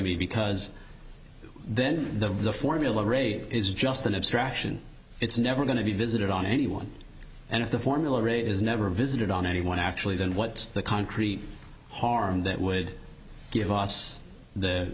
me because then the formula rate is just an abstraction it's never going to be visited on anyone and if the formula is never visited on anyone actually then what's the concrete harm that would give us the